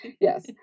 Yes